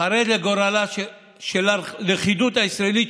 חרד לגורלה של הלכידות הישראלית,